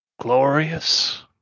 glorious